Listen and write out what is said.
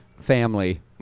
family